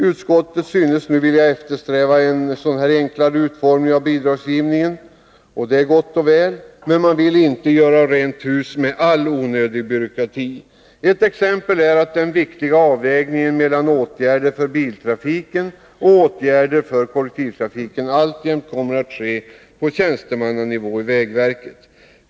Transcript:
Utskottet synes nu vilja eftersträva en sådan här enklare utformning av bidragsgivningen, men vill inte göra rent hus med all onödig byråkrati. Ett exempel är att den viktiga avvägningen mellan åtgärder för biltrafiken och åtgärder för kollektivtrafiken alltjämt kommer att ske på tjänstemannanivå i vägverket.